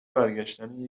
برگشتن